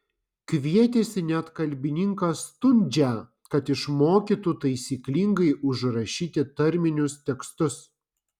kvietėsi net kalbininką stundžią kad išmokytų taisyklingai užrašyti tarminius tekstus